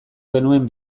genuen